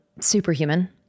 Superhuman